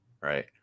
right